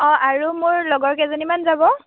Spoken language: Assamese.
অঁ আৰু মোৰ লগৰ কেইজনীমান যাব